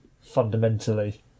fundamentally